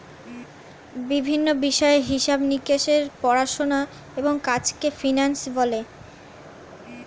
বিভিন্ন বিষয়ের হিসেব নিকেশের পড়াশোনা এবং কাজকে ফিন্যান্স বলে